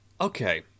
okay